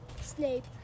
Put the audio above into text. Snape